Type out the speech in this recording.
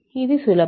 ఇది సులభం